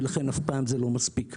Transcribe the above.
ולכן אף פעם זה לא מספיק.